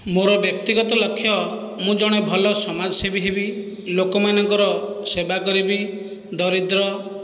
ମୋର ବ୍ୟକ୍ତିଗତ ଲକ୍ଷ ମୁ ଜଣେ ଭଲ ସମାଜସେବୀ ହେବି ଲୋକମାନଙ୍କର ସେବା କରିବି ଦରିଦ୍ର